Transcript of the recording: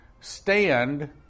stand